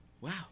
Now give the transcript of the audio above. Wow